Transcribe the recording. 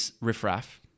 riffraff